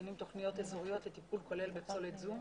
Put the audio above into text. מכינים תוכניות אזוריות לטיפול כולל בפסולת זו.